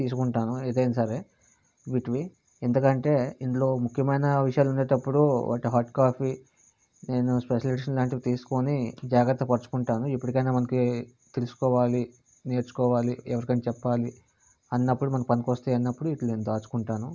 తీసుకుంటాను ఏదైనా సరే విటివి ఎందకంటే ఇందులో ముఖ్యమైన విషయాలు ఉండేటప్పుడు వాటి హార్డ్ కాపీ నేను స్పెషల్ ఎడిషన్ లాంటివి తీసుకోని జాగ్రత్త పరుచుకుంటాను ఎప్పటికైనా మనకి తెలుసుకోవాలి నేర్చుకోవాలి ఎవరికైనా చెప్పాలి అన్నప్పుడు మనకి పనికొస్తాయి అన్నప్పుడు విటిని నేను దాచుకుంటాను